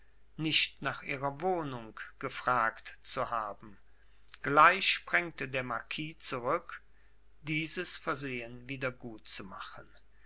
nicht nach ihrer wohnung gefragt zu haben gleich sprengte der marquis zurück dieses versehen